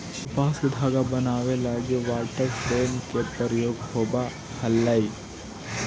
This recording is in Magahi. कपास से धागा बनावे लगी वाटर फ्रेम के प्रयोग होवऽ हलई